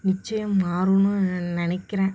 நிச்சயம் மாறும்னு நான் நினைக்குறேன்